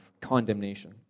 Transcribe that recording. condemnation